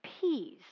peas